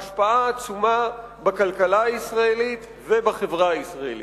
השפעה עצומה בכלכלה הישראלית ובחברה הישראלית.